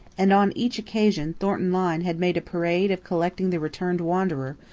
and on each occasion thornton lyne had made a parade of collecting the returned wanderer,